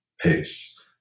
pace